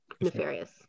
nefarious